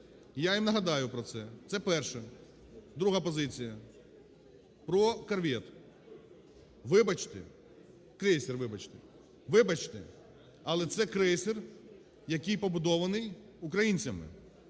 Я їм нагадаю про це. Це перше. Друга позиція: про корвет. Вибачте, крейсер, вибачте. Вибачте, але це крейсер, який побудований українцями.